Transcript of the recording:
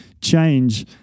change